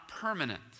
Permanent